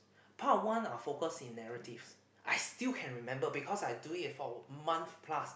part one are focus in narratives I still can remember because I do it for months plus